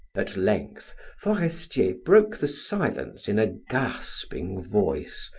at length forestier broke the silence in a gasping voice,